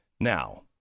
Now